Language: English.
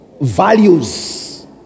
Values